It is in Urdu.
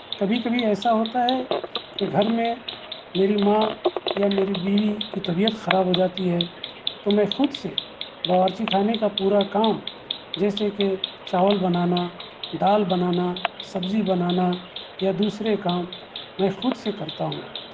کبھی کبھی ایسا ہوتا ہے کہ گھر میں میری ماں یا میری بیوی کی طبیعت خراب ہو جاتی ہے تو میں خود سے باورچی خانے کا پورا کام جیسے کہ چاول بنانا دال بنانا سبزی بنانا یا دوسرے کام میں خود سے کرتا ہوں